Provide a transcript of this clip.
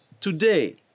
today